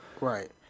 Right